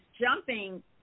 jumping